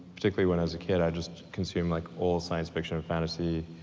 particularly when i was a kid, i just consumed like all science fiction and fantasy